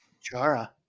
Chara